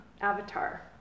Avatar